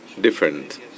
different